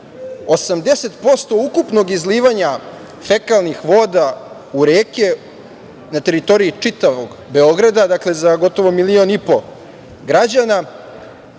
80% ukupnog izlivanja fekalnih voda u reke na teritoriji čitavog Beograda, za gotovo milion i po građana.